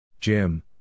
Jim